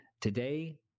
Today